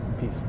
Peace